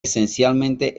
esencialmente